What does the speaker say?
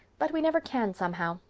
but we never can somehow.